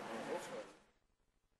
16:00.